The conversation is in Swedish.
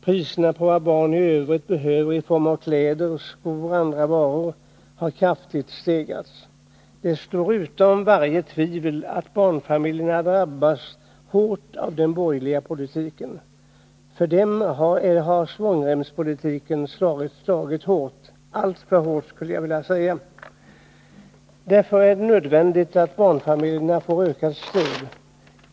Priserna på vad barn i övrigt behöver i form av kläder, skor och andra varor har kraftigt stegrats. Det står nu utom varje tvivel att barnfamiljerna har drabbats hårt, ja alltför hårt, av den borgerliga svångremspolitiken. Därför är det nödvändigt att barnfamiljerna får ökat stöd.